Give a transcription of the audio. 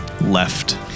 left